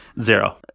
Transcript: Zero